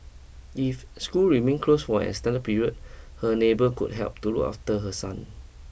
if school remain closed for an extended period her neighbour could help to look after her son